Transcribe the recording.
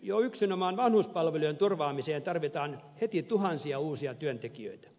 jo yksinomaan vanhuspalvelujen turvaamiseen tarvitaan heti tuhansia uusia työntekijöitä